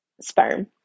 sperm